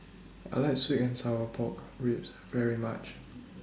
I like Sweet and Sour Pork Ribs very much